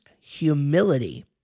humility